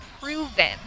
proven